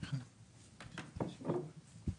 הכספים הקואליציוניים הם ממפלגת ימינה וממפלגת